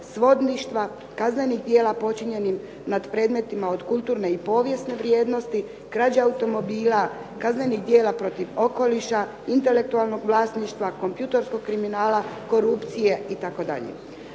svodništva, kaznenih djela počinjenim nad predmetima od kulturne i povijesne vrijednosti, krađe automobila, kaznenih djela protiv okoliša, intelektualnog vlasništva, kompjuterskog kriminala, korupcije itd.